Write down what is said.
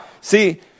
See